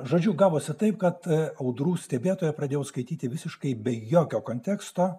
žodžiu gavosi taip kad audrų stebėtoja pradėjau skaityti visiškai be jokio konteksto